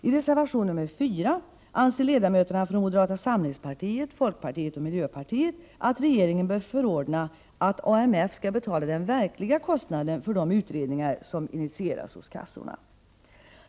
I reservation nr 4 anser ledamöterna från moderata samlingspartiet, folkpartiet och miljöpartiet att regeringen bör förordna att AMF skall betala den verkliga kostnaden för de utredningar, som initieras hos kassorna.